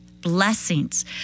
blessings